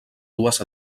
dues